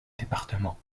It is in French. département